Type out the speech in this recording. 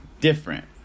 different